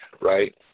right